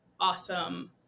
awesome